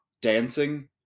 dancing